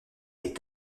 est